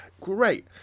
great